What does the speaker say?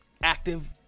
active